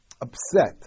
upset